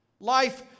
Life